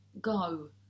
go